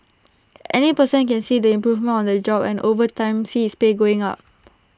any person can see the improvement on their job and over time see his pay going up